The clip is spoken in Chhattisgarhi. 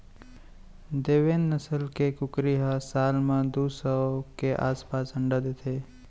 देवेन्द नसल के कुकरी ह साल म दू सौ के आसपास अंडा देथे